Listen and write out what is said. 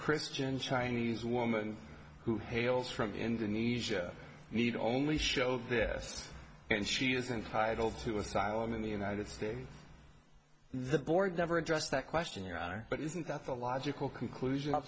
christian chinese woman who hails from indonesia need only show this and she is entitled to asylum in the united states the board never addressed that question your honor but isn't that the logical conclusion